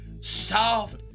soft